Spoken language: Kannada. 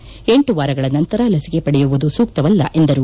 ಲ ವಾರಗಳ ನಂತರ ಲಸಿಕೆ ಪಡೆಯುವುದು ಸೂಕ್ತವಲ್ಲ ಎಂದರು